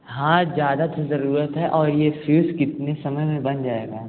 हाँ ज़्यादा की ज़रूरत है और यह फ्यूज़ कितने समय में बन जाएगा